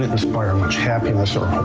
inspire much happiness or